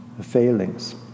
failings